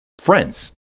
friends